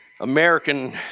American